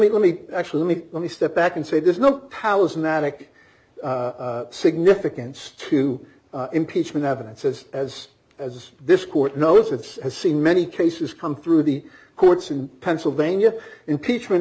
me let me actually let me let me step back and say there's no powers mattick significance to impeachment evidence as as as this court knows it has seen many cases come through the courts in pennsylvania impeachment